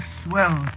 swell